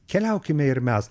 keliaukime ir mes